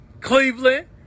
cleveland